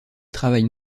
travaille